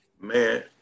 Man